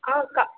ఆ కా